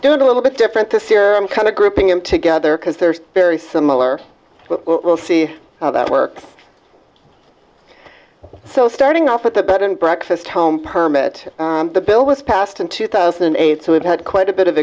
doing a little bit different this year i'm kind of grouping him together because they are very similar we'll see how that works so starting off with the bed and breakfast home permit the bill was passed in two thousand and eight so we've had quite a bit of